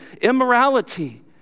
immorality